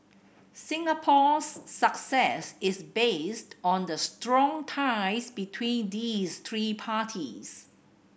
Singapore's success is based on the strong ties between these three parties